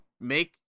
make